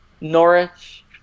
Norwich